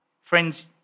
Friends